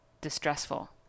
distressful